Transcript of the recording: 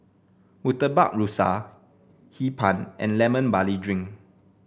Murtabak Rusa Hee Pan and Lemon Barley Drink